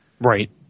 Right